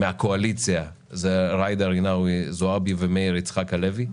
מהקואליציה זה ג'ידא רינאוי-זועבי ומאיר יצחק-הלוי.